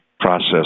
process